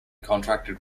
contracted